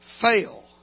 fail